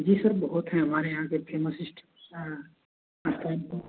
जी sir बहुत है हमारे यहाँ